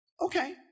okay